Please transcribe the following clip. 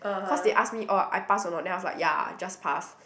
cause they asked me orh I pass or not then I was like ya I just pass